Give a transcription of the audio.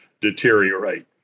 deteriorate